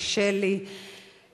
קשה לי להאמין,